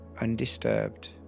undisturbed